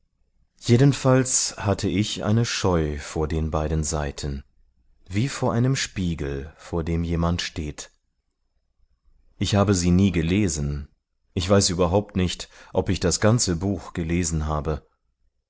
jedenfalls hatte ich eine scheu vor den beiden seiten wie vor einem spiegel vor dem jemand steht ich habe sie nie gelesen ich weiß überhaupt nicht ob ich das ganze buch gelesen habe